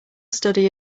study